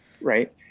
right